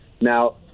now